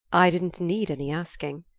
i didn't need any asking.